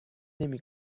نمی